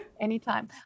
Anytime